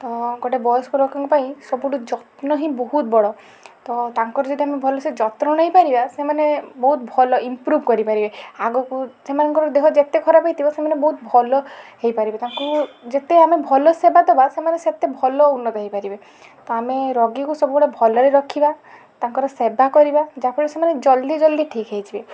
ତ ଗୋଟେ ବୟସ୍କ ଲୋକଙ୍କ ପାଇଁ ସବୁଠୁ ଯତ୍ନ ହିଁ ସବୁଠୁ ବହୁତ ବଡ଼ ତ ତାଙ୍କର ଯଦି ଆମେ ଭଲ ସେ ଯତ୍ନ ନେଇପାରିବା ସେମାନେ ବହୁତ ଭଲ ଇମ୍ପୃଭ୍ କରିପାରିବେ ଆଗକୁ ସେମାନଙ୍କର ଦେହ ଯେତେ ଖରାପ ହେଇଥିବ ସେମାନେ ବହୁତ ଭଲ ହେଇପାରିବେ ତାଙ୍କୁ ଯେତେ ଆମେ ଭଲ ସେ ସେବା ଦେବା ସେମାନେ ସେତେ ଭଲ ଉନ୍ନତ ହେଇପାରିବେ ତ ଆମେ ରୋଗୀକୁ ସବୁବେଳେ ଭଲରେ ରଖିବା ତାଙ୍କର ସେବା କରିବା ଯାହା ଫଳରେ ସେମାନେ ଜଲଦି ଜଲଦି ଠିକ୍ ହେଇଯିବେ